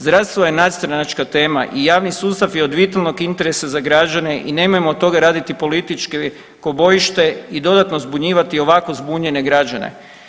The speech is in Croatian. Zdravstvo je nadstranačka tema i javni sustav je od vitalnog interesa za građane i nemojmo od toga raditi političko bojište i dodatno zbunjivati i ovako zbunjene građene.